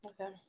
okay